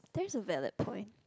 that's a valid point